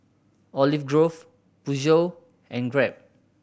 Olive Grove Peugeot and Grab